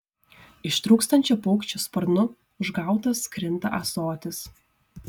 ištrūkstančio paukščio sparnu užgautas krinta ąsotis